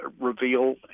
reveal